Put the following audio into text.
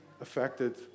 affected